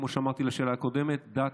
כמו שאמרתי בשאלה הקודמת.